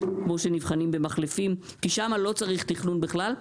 כבוד המנכ"ל,